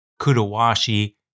Kudawashi